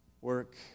work